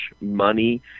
money